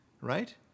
right